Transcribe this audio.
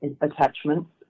attachments